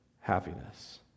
happiness